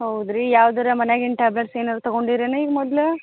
ಹೌದು ರೀ ಯಾವ್ದಾರು ಮನ್ಯಾಗಿನ ಟ್ಯಾಬ್ಲೆಟ್ಸ್ ಏನಾದ್ರು ತಗೊಂಡಿರೇನು ಈಗ ಮೊದ್ಲು